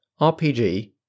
RPG